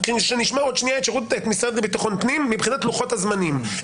עוד שנייה נשמע את המשרד לביטחון לאומי מבחינת לוחות הזמנים.